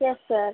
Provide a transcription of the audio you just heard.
yes sir